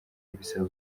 bisaba